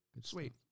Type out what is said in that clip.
Sweet